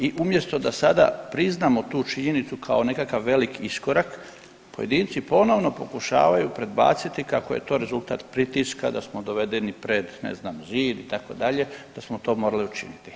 I umjesto da sada priznamo tu činjenicu kao nekakav veliki iskorak, pojedinci ponovno pokušavaju predbaciti kako je to rezultat pritiska, da smo dovedeni ne znam zid itd., da smo to morali učiniti.